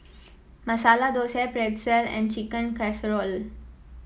Masala Dosa Pretzel and Chicken Casserole